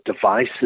devices